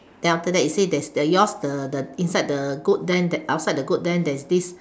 then after that you say there's the yours the the inside the goat then that outside the goat then there's this